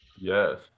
yes